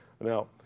Now